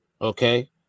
Okay